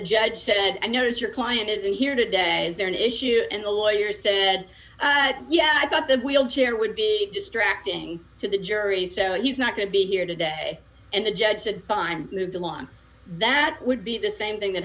judge said i notice your client isn't here today is there an issue and a lawyer said yeah i thought the wheelchair would be distracting to the jury so he's not going to be here today and the judge said fine moved along that would be the same thing that